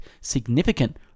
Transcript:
significant